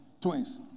twins